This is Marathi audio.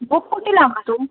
बघ कुठे लागतो